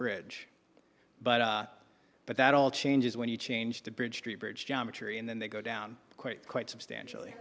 bridge but but that all changes when you change the bridge street bridge geometry and then they go down quite quite substantially